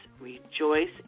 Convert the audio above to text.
rejoice